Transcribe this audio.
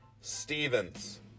Stevens